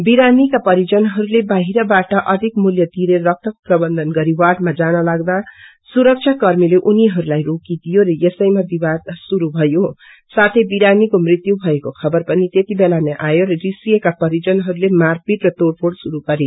बिरामीका परिजनहरूले बाहिरबाट अधिक मूल्य तिरेर रक्तको प्रबन्धगरि वार्डमा जान लाग्दा सुरक्षा कर्मीहरूले उनीहरूलाई रोकि दियो र यसैमा विवाद शुरूभयो साथै विरामीको मृत्यु भएको खबर पनि यातिबेलानै आयो र रिसिएका परिजनहरूले मारपीट र तोड़फोड़ शुरू गरे